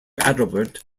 adalbert